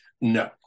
no